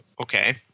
Okay